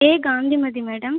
A Kanthimathi madam